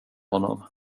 honom